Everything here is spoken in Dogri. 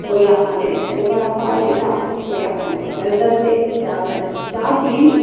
कोई आखा मेरे सिर बड़ा भारा होई गेदा कोई आखा दा मेरे सिर दर्द ऐ चाह् पलाई दे चा पीनी